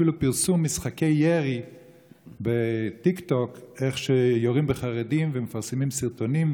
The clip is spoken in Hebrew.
ואפילו פרסום משחקי ירי בטיקטוק איך שיורים בחרדים ומפרסמים סרטונים,